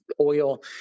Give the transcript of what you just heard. oil